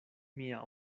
mia